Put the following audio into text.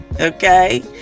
okay